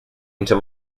into